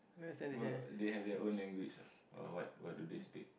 what they have their own language ah or what what do they speak